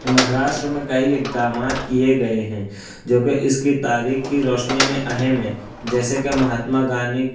مہاراشٹر میں کئی اقدامات کئے گئے ہیں جو کہ اس کی تاریخ کی روشنی میں اہم ہیں جیسے کہ مہاتما گاندھی